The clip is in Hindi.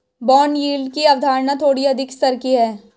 बॉन्ड यील्ड की अवधारणा थोड़ी अधिक स्तर की है